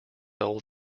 old